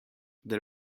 the